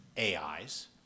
AIs